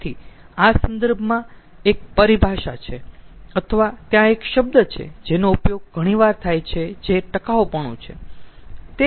તેથી આ સંદર્ભમાં એક પરિભાષા છે અથવા ત્યાં એક શબ્દ છે જેનો ઉપયોગ ઘણીવાર થાય છે જે ટકાઉપણુ છે